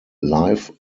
live